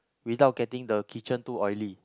without getting the kitchen too oily